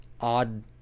odd